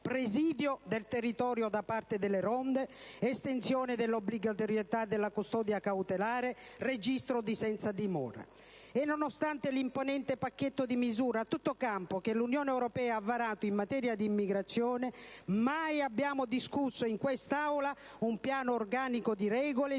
presidio del territorio da parte delle ronde, di estensione della obbligatorietà della custodia cautelare e di registro dei senza dimora. Nonostante l'imponente pacchetto di misure a tutto campo che l'Unione Europea ha varato in materia di immigrazione, mai abbiamo discusso in quest'Aula un piano organico di regole, diritti